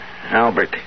Albert